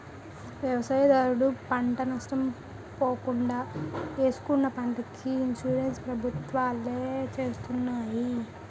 వ్యవసాయదారుడు పంట నష్ట పోకుండా ఏసుకున్న పంటకి ఇన్సూరెన్స్ ప్రభుత్వాలే చేస్తున్నాయి